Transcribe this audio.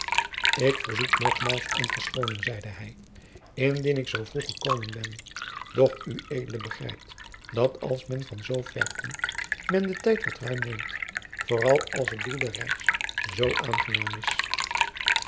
ik verzoek nogmaals om verschooning zeide hij indien ik zoo vroeg gekomen ben doch ued jacob van lennep de pleegzoon begrijpt dat als men van zoo ver komt men den tijd wat ruim neemt vooral als het doel der reis zoo aangenaam is